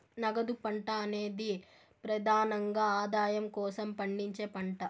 నగదు పంట అనేది ప్రెదానంగా ఆదాయం కోసం పండించే పంట